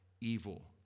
evil